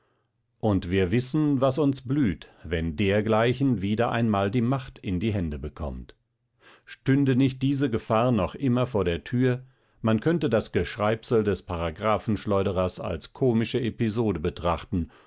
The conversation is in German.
und wir wissen was uns blüht wenn dergleichen wieder einmal die macht in die hände bekommt stünde nicht diese gefahr noch immer vor der tür man könnte das geschreibsel des paragraphenschleuderers als komische episode betrachten